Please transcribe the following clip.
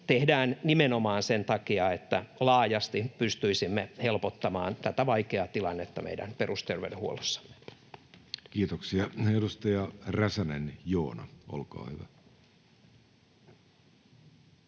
tehdään nimenomaan sen takia, että laajasti pystyisimme helpottamaan tätä vaikeaa tilannetta meidän perusterveydenhuollossa. [Speech 9] Speaker: Jussi Halla-aho